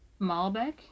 Malbec